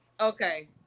Okay